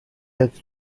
helps